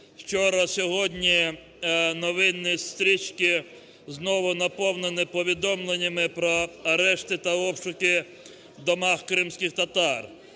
Вчора й сьогодні новинні стрічки знову наповнені повідомленнями про арешти та обшуки в домах кримських татар.